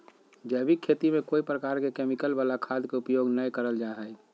जैविक खेती में कोय प्रकार के केमिकल वला खाद के उपयोग नै करल जा हई